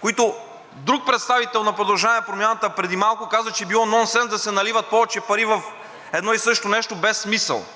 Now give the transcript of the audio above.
които друг представител на „Продължаваме Промяната“ преди малко каза, че било нонсенс да се наливат повече пари в едно и също нещо без смисъл.